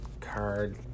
card